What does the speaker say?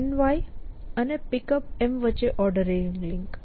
y અને Pickup વચ્ચે ordering link